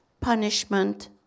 punishment